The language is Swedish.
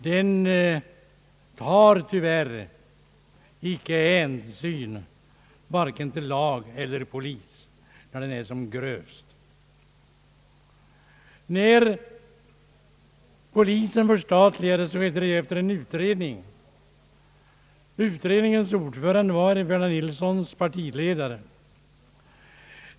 Den tar tyvärr icke hänsyn vare sig till lag eller polis, när den är som grövst. När polisen förstatligades skedde det efter en utredning. Utredningens ordförande var herr Ferdinand Nilssons partiledare.